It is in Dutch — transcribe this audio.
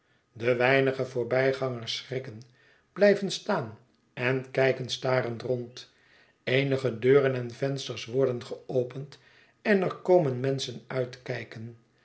de weinige voorbijgangers schrikken blijven staan en kijken starend rond eenige deuren en vensters worden geopend en er komen menschen uitkijken